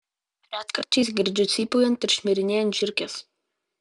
retkarčiais girdžiu cypaujant ir šmirinėjant žiurkes